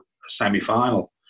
semi-final